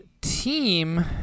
team